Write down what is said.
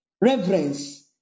reverence